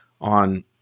on